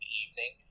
evening